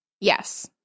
Yes